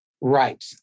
Right